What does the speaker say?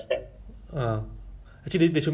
no it's not it's like you know those it's like